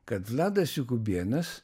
kad vladas jokubėnas